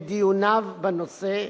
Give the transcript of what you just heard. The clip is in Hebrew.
את דיוניו בנושא,